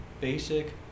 basic